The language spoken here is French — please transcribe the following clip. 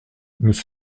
nous